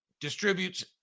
distributes